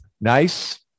Nice